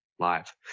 live